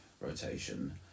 rotation